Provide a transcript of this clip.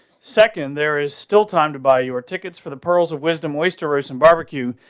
second, there is still time to buy your tickets for the pearls of wisdom oyster, roast and barbecue.